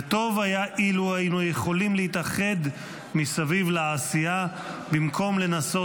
וטוב היה אילו היינו יכולים להתאחד מסביב לעשייה במקום לנסות